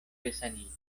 resaniĝos